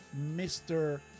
Mr